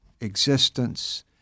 existence